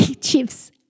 chips